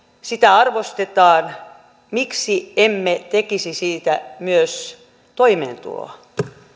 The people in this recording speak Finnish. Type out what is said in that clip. sitä arvostetaan miksi emme tekisi siitä myös toimeentuloa